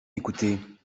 écouter